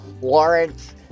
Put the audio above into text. Lawrence